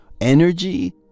energy